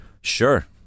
Sure